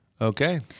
Okay